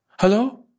hello